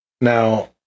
Now